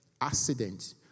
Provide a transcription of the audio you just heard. accident